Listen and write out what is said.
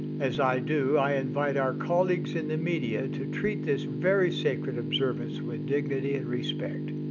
as i do, i invite our colleagues in the media to treat this very sacred observance with dignity and respect.